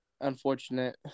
Unfortunate